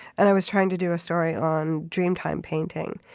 and i was trying to do a story on dream time painting,